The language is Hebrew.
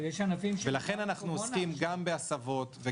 ולכן אנחנו עוסקים גם בהסבות,